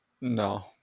No